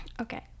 Okay